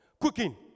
Cooking